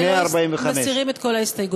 עמוד 145. לסעיף 17 אנחנו מסירים את כל ההסתייגויות.